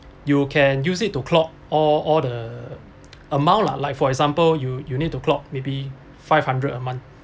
you can use it to clock all all the amount lah like for example you you need to clock maybe five hundred a month